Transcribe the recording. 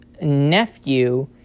nephew